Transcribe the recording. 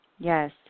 Yes